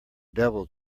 devil